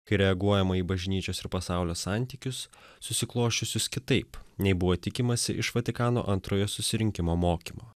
kai reaguojama į bažnyčios ir pasaulio santykius susiklosčiusius kitaip nei buvo tikimasi iš vatikano antrojo susirinkimo mokymo